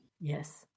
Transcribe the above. yes